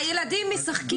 הילדים משחקים